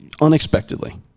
unexpectedly